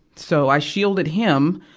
so, i shielded him,